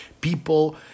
People